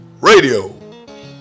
Radio